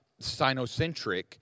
Sinocentric